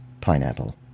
pineapple